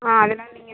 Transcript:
ஆ அதனால் நீங்கள்